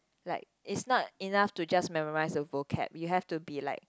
like it's not enough to just memorise the vocab you have to be like